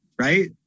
right